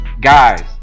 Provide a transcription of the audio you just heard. guys